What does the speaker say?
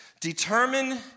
Determine